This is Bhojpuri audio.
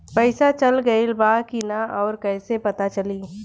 पइसा चल गेलऽ बा कि न और कइसे पता चलि?